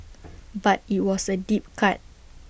but IT was A deep cut